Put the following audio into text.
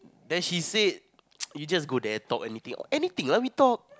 then she said you just go there talk anything anything lah we talk